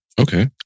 Okay